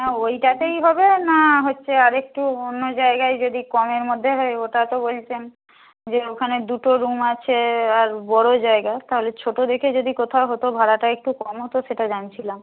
হ্যাঁ ওইটাতেই হবে না হচ্ছে আর একটু অন্য জায়গায় যদি কমের মধ্যে ওটা তো বলছেন যে ওখানে দুটো রুম আছে আর বড়ো জায়গা তাহলে ছোটো দেখে যদি কোথাও হতো ভাড়াটা একটু কম হতো সেটা জানছিলাম